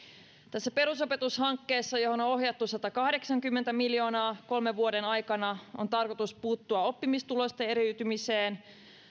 tässä perusopetushankkeessa johon on ohjattu satakahdeksankymmentä miljoonaa kolmen vuoden aikana on tarkoitus puuttua oppimistulosten eriytymiseen